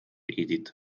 edith